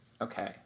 okay